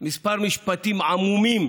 כמה משפטים עמומים,